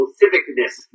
civicness